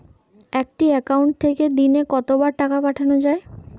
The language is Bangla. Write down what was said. একটি একাউন্ট থেকে দিনে কতবার টাকা পাঠানো য়ায়?